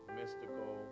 mystical